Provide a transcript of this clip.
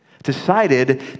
decided